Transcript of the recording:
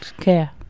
care